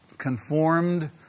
conformed